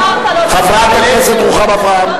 חברת הכנסת רוחמה אברהם.